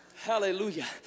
Hallelujah